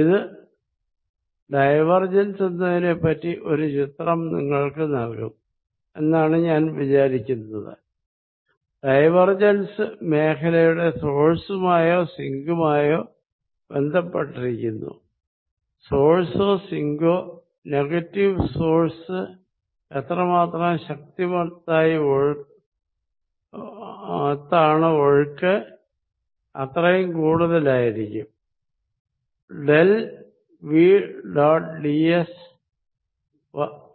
ഇത് ഡൈവർജൻസ് എന്നതിനെപ്പറ്റി ഒരു ചിത്രം നിങ്ങള്ക്ക് നൽകും എന്നാണ് ഞാൻ വിചാരിക്കുന്നത് ഡൈവർജൻസ് മേഖലയുടെ സോഴ്സ് മായോ സിങ്കുമായോ ബന്ധപ്പെട്ടിരിക്കുന്നു സോഴ്സ്ഓ സിങ്കോ നെഗറ്റീവ് സോഴ്സ് എത്ര മാത്രം ശക്തിമത്താണ് ഫ്ലോ അത്രയും കൂടുതലായിരിക്കും del V dot D S